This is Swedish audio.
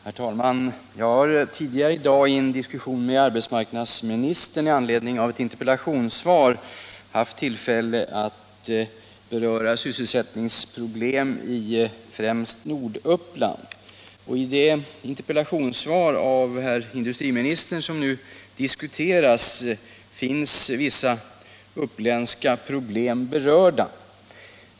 Herr talman! Jag har tidigare i dag i en diskussion med arbetsmarknadsministern i anledning av ett interpellationssvar haft tillfälle att beröra sysselsättningsproblem i främst Norduppland. I det interpellationssvar av herr industriministern som nu diskuteras finns vissa uppländska problem berörda.